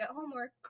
homework